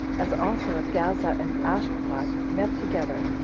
as also of gaza, and ashdod, met together,